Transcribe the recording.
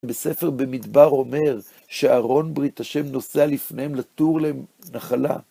בספר במדבר אומר, שארון ברית השם נוסע לפניהם לתור להם נחלה.